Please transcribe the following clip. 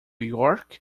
york